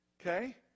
okay